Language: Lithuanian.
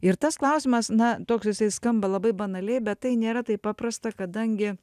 ir tas klausimas na toks jisai skamba labai banaliai bet tai nėra taip paprasta kadangi